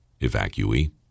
evacuee